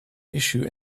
issue